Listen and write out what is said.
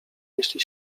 jeśli